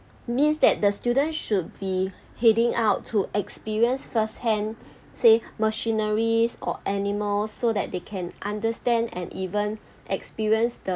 means that the students should be heading out to experience firsthand say machineries or animals so that they can understand and even experience the